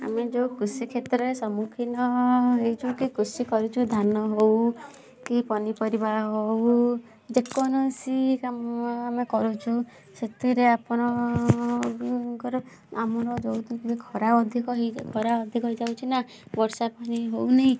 ଆମେ ଯେଉଁ କୃଷିକ୍ଷେତ୍ରରେ ସମ୍ମୁଖୀନ ଏଇ ଯେଉଁ କୃଷି କରିଛୁ ଧାନ ହଉ କି ପନିପରିବା ହଉ ଯେକୌଣସି କାମ ଆମେ କରୁଛୁ ସେଥିରେ ଆପଣ ଙ୍କର ଆମର ଯେଉଁ ଦିଗରେ ଖରା ଅଧିକ ହେଇ ଖରା ଅଧିକ ହେଇଯାଉଛି ନା ବର୍ଷା ପୁଣି ହଉନି